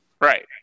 Right